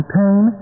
pain